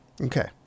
Okay